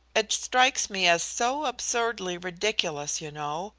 it strikes me as so absurdly ridiculous, you know.